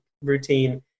routine